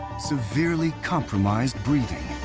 severely compromised breathing.